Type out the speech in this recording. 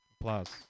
plus